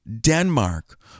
Denmark